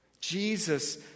Jesus